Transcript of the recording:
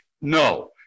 no